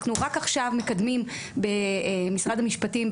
אנחנו רק עכשיו מקדמים במשרד המשפטים,